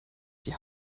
die